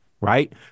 right